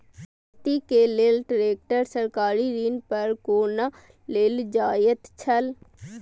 खेती के लेल ट्रेक्टर सरकारी ऋण पर कोना लेल जायत छल?